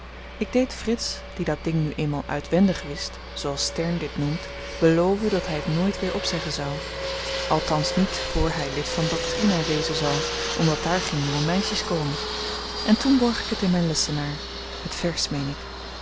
ik deed frits die dat ding nu eenmaal uitwendig wist zooals stern dit noemt beloven dat hy t nooit weer opzeggen zou althans niet voor hy lid van doctrina wezen zal omdat daar geen jonge meisjes komen en toen borg ik het in myn lessenaar het vers meen ik